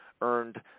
earned